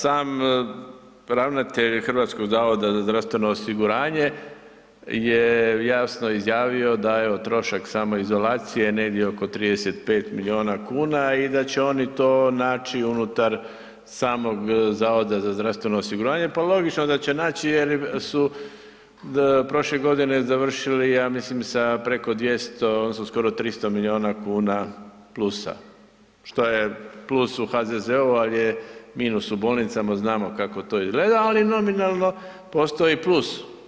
Sam ravnatelj Hrvatskog zavoda za zdravstveno osiguranje je jasno izjavio da je trošak samoizolacije je negdje oko 35 milijuna kuna i da će oni to naći unutar samog Zavoda za zdravstveno osiguranje pa logično da će naći jer su prošle godine završili, ja mislim sa preko 200, odnosno skoro 300 milijuna kuna plusa, što je plus u HZZO-u, ali je minus u bolnicama, znamo kako to izgledali, ali nominalno postoji plus.